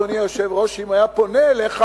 אדוני היושב-ראש, שאם הוא היה פונה אליך,